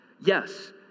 Yes